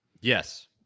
Yes